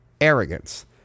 arrogance